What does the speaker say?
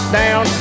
down